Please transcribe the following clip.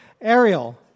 Ariel